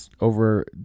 over